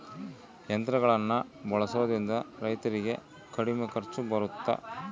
ಯಂತ್ರಗಳನ್ನ ಬಳಸೊದ್ರಿಂದ ರೈತರಿಗೆ ಕಡಿಮೆ ಖರ್ಚು ಬರುತ್ತಾ?